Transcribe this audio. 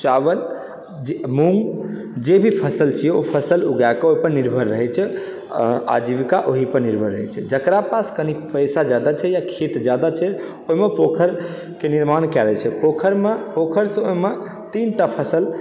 चावल मूँग जे भी फसल छै ओ फसल उगा कऽ ओहिपर निर्भर रहै छै आजीविका ओहिपर निर्भर रहे छै जकरा पास कनि पैसा जादा छै या खेत जादा छै ओहिमे पोखैरके निर्माण कए दै छै पोखैरमे पोखैरसँ ओहिमे तीनटा फसल